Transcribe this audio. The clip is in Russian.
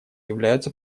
являются